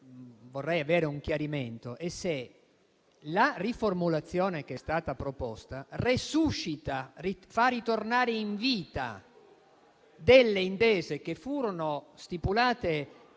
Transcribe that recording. vorrei avere un chiarimento è se la riformulazione che è stata proposta resuscita, ossia far tornare in vita delle intese stipulate